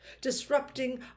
disrupting